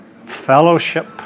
fellowship